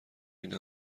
این